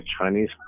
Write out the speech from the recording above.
Chinese